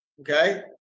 Okay